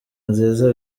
nziza